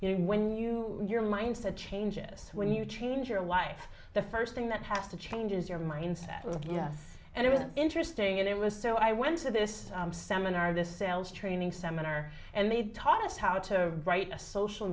you know when you your mindset changes when you change your life the first thing that has to change is your mindset and it was interesting and it was so i went to this seminar this sales training seminar and they taught us how to write a social